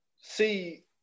see